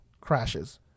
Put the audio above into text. crashes